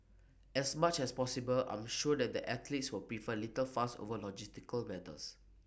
as much as possible I am sure that the athletes will prefer little fuss over logistical matters